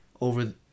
over